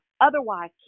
otherwise